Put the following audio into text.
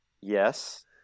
Yes